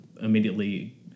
immediately